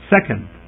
second